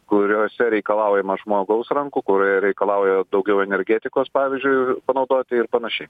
kuriose reikalaujama žmogaus rankų kur reikalauja daugiau energetikos pavyzdžiui panaudoti ir panašiai